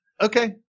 Okay